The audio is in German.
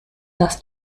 das